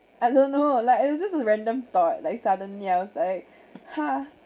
I don't know like it was just a random thought like suddenly I was like !huh!